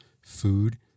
food